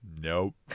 Nope